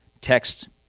text